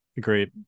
great